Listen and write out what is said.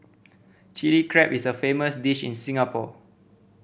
Chilli Crab is a famous dish in Singapore